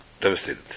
devastated